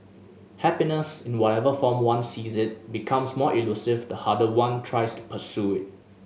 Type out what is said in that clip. happiness in whatever form one sees it becomes more elusive the harder one tries to pursue it